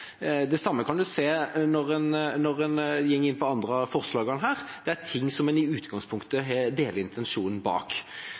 Det samme kan man se når en går inn på andre av forslagene her, at det er ting som en i utgangspunktet